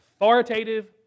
authoritative